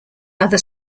other